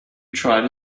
try